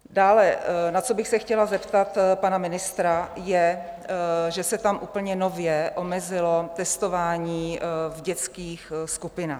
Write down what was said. Dále na co bych se chtěla zeptat pana ministra, je, že se tam úplně nově omezilo testování v dětských skupinách.